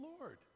Lord